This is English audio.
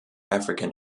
african